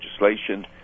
legislation